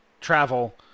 travel